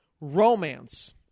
Romance